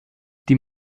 die